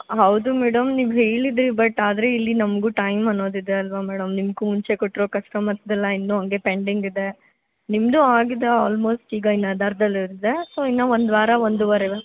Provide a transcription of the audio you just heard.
ಹೌದು ಮೇಡಮ್ ನೀವು ಹೇಳಿದ್ದಿರಿ ಬಟ್ ಆದರೆ ಇಲ್ಲಿ ನಮ್ಗೂ ಟೈಮ್ ಅನ್ನೋದಿದೆ ಅಲ್ವಾ ಮೇಡಮ್ ನಿಮ್ಗೂ ಮುಂಚೆ ಕೊಟ್ಟಿರೋ ಕಸ್ಟಮರ್ಸ್ದೆಲ್ಲ ಇನ್ನೂ ಹಂಗೆ ಪೆಂಡಿಂಗಿದೆ ನಿಮ್ಮದೂ ಆಗಿದೆ ಆಲ್ಮೋಸ್ಟ್ ಈಗ ಇನ್ನೂ ಅದರ್ಧದಲ್ಲಿದೆ ಸೊ ಇನ್ನೂ ಒಂದು ವಾರ ಒಂದುವರೆ